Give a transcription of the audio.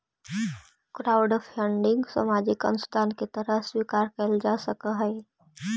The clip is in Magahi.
क्राउडफंडिंग सामाजिक अंशदान के तरह स्वीकार कईल जा सकऽहई